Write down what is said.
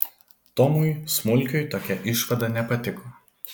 tomui smulkiui tokia išvada nepatiko